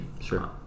sure